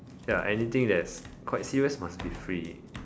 ya anything that's quite serious must be free